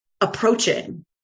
approaching